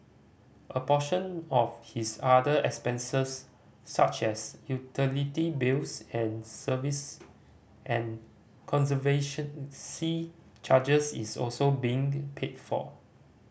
a portion of his other expenses such as utility bills and service and charges is also being paid for